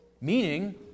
Meaning